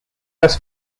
less